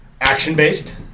action-based